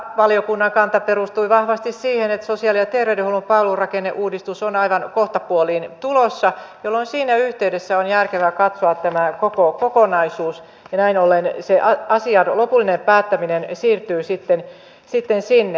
valiokunnan kanta perustui vahvasti siihen että sosiaali ja terveydenhuollon palvelurakenneuudistus on aivan kohtapuoliin tulossa jolloin siinä yhteydessä on järkevää katsoa tämä koko kokonaisuus ja näin ollen se asian lopullinen päättäminen siirtyy sitten sinne